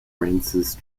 frances